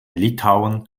litauen